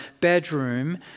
bedroom